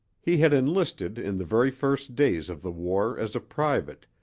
he had enlisted in the very first days of the war as a private,